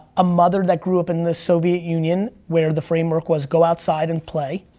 a mother that grew up in the soviet union where the framework was go outside and play.